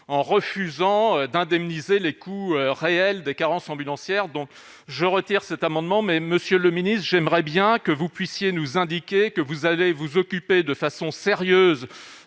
en refusant d'indemniser les coûts réels des carences ambulancière donc je retire cet amendement mais Monsieur le Ministre, j'aimerais bien que vous puissiez nous indiquer que vous avez vous occuper de façon sérieuse